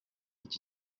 iki